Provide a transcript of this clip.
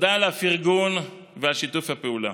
תודה על הפרגון ועל שיתוף הפעולה.